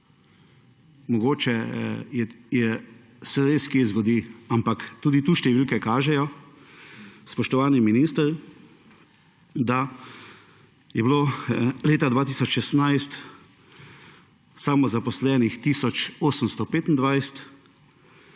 Mogoče se res kje zgodi, ampak tudi tu številke kažejo, spoštovani minister, da je bilo leta 2016 samozaposlenih tisoč